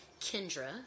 Kendra